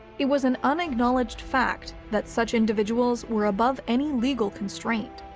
it was an unacknowledged fact that such individuals were above any legal constraint.